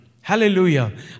Hallelujah